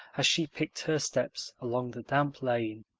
as she picked her steps along the damp lane,